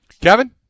Kevin